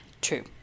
True